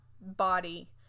body